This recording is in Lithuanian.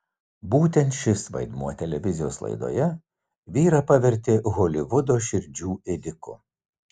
būtent šis vaidmuo televizijos laidoje vyrą pavertė holivudo širdžių ėdiku